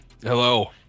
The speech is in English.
hello